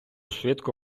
швидко